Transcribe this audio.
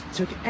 took